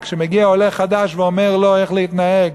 שמגיע עולה חדש ואומר לו איך להתנהג.